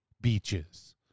beaches